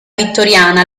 vittoriana